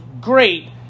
great